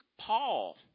Paul